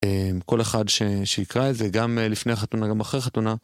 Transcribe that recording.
כל אחד שיקרא את זה, גם לפני החתונה, גם אחרי חתונה.